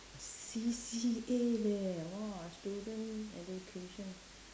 C_C_A leh !wah! student education